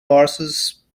horses